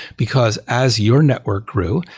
because as your network grew,